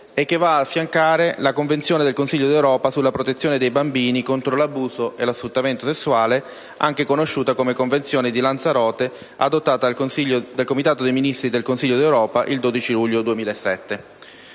e che va ad affiancare la Convenzione del Consiglio d'Europa sulla protezione dei bambini contro l'abuso e lo sfruttamento sessuale, anche conosciuta come Convenzione di Lanzarote, adottata dal Comitato dei Ministri del Consiglio d'Europa il 12 luglio 2007.